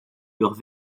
leurs